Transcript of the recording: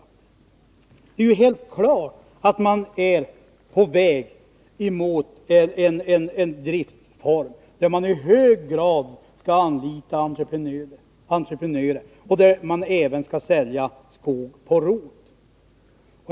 Och det är ju helt klart att man är på väg mot en driftform, där man i hög grad skall anlita entreprenörer och där man även skall sälja skog på rot.